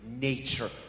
nature